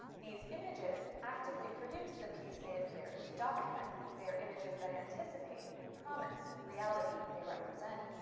these images actively produce the peace they appear to document. they are images that anticipate and promise the reality they represent.